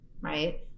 right